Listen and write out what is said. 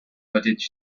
vallée